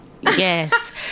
Yes